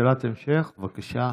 שאלת המשך, בבקשה.